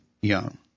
young